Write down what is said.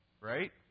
Right